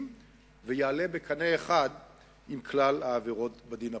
ויעלה בקנה אחד עם כלל העבירות בדין הפלילי.